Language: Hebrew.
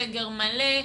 סגר מלא,